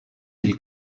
îles